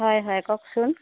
হয় হয় কওকচোন